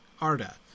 Arda